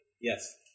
Yes